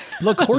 Look